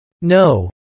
No